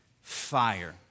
fire